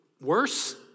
worse